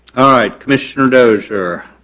all right, commissioner dozier.